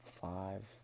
five